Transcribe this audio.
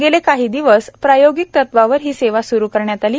गेले काही दिवस प्रायोगिक तत्वावर ही सेवा सुरू करण्यात आली